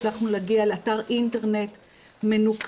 הצלחנו להגיע לאתר אינטרנט מנוקד,